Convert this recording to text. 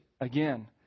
again